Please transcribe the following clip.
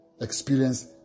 experience